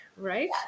right